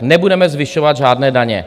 Nebudeme zvyšovat žádné daně.